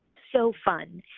so fun.